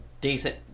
decent